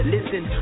Listen